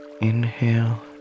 Inhale